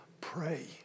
pray